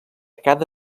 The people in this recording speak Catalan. cada